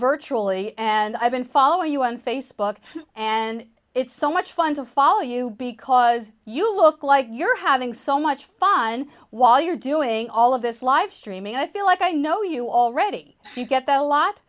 virtually and i've been following you on facebook and it's so much fun to follow you because you look like you're having so much fun while you're doing all of this live streaming i feel like i know you already get that a lot